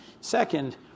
Second